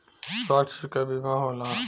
स्वास्थ्य क बीमा होला